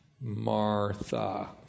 Martha